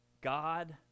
God